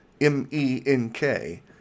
M-E-N-K